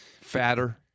fatter